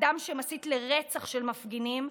אדם שמסית לרצח של מפגינים,